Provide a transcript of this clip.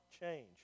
change